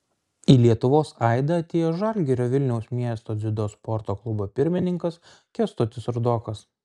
į lietuvos aidą atėjo žalgirio vilniaus miesto dziudo sporto klubo pirmininkas kęstutis rudokas